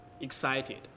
excited